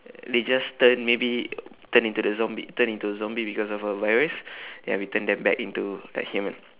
they just turn maybe turn into the zombie turn into a zombie because of a virus ya we turn them back into a human